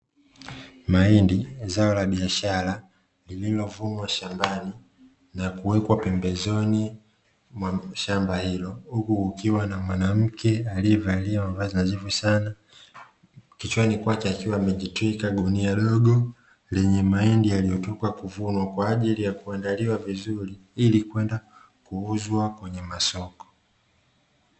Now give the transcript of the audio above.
Mahindi zao la biashara lililovunwa shambani na kuwekwa pembezoni mwa shamba hilo, huku kukiwa na mwanamke aliyevalia mavazi nadhifu sana kichwani kwake akiwa amejitwika gunia dogo lenye mahindi yaliyotoka kuvunwa kwa ajili ya kuandaliwa vizuri ili kwenda kuuzwa kwenye masoko.